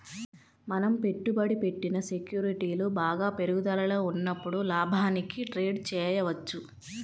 మనం పెట్టుబడి పెట్టిన సెక్యూరిటీలు బాగా పెరుగుదలలో ఉన్నప్పుడు లాభానికి ట్రేడ్ చేయవచ్చు